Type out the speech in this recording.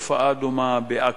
תופעה דומה, בעכו.